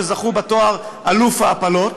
שזכו בתואר "אלוף ההפלות",